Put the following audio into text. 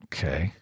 Okay